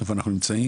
איפה אנחנו נמצאים,